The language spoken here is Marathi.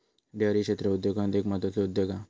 डेअरी क्षेत्र उद्योगांत एक म्हत्त्वाचो उद्योग हा